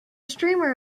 streamer